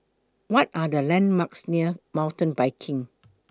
What Are The landmarks near Mountain Biking